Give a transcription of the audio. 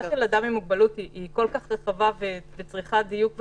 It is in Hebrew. ההגדרה של אדם עם מוגבלות היא כל כך רחבה וצריכה דיוק וחידוד,